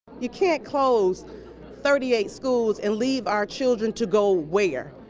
you can't close thirty eight schools and leave our children to go where?